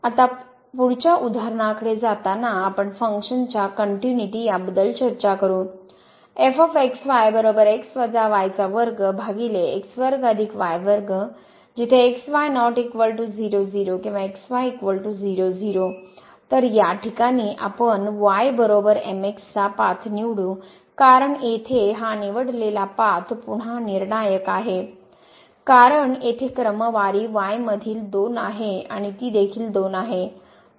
आता पुढच्या उदाहरणाकडे जाताना आपण फंक्शनच्या कनट्युनिटी याबद्दल चर्चा करू तर या ठिकाणी आपण y mx चा पाथ निवडू कारण येथे हा निवडलेला पाथ पुन्हा निर्णायक आहे कारण येथे क्रमवारी y मधील 2 आहे आणि ती देखील 2 आहे